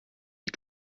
die